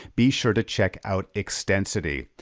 be sure to check out extensity.